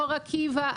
באור עקיבא,